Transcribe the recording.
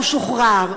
הוא שוחרר,